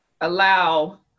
allow